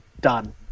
done